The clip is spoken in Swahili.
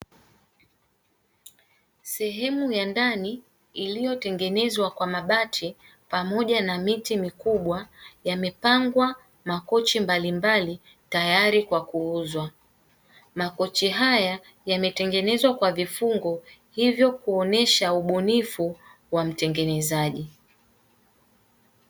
Sehemu ya ndani iliyotengenezwa kwa mabati pamoja na miti mikubwa yamepangwa makochi mbalimbali, tayari kwa kuuzwa makochi haya yametengenezwa kwa vifungo ili kuonyesha ubunifu wa mtengenezaji.